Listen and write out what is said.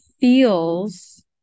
feels